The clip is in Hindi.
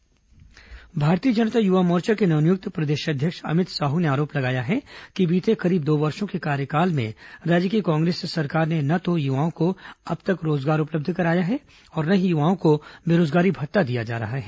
युवा मोर्चा पत्रकारवार्ता भारतीय जनता युवा मोर्चा के नव नियुक्त प्रदेश अध्यक्ष अमित साहू ने आरोप लगाया है कि बीते करीब दो वर्षो के कार्यकाल में राज्य की कांग्रेस सरकार ने न तो युवाओं को अब तक रोजगार उपलब्ध कराया है और न ही युवाओं को बेरोजगारी भत्ता दिया जा रहा है